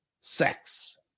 sex